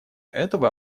этого